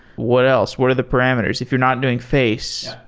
what else? what are the parameters if you're not doing face?